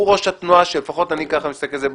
הוא ראש התנועה לפחות ככה אני מסתכל על זה,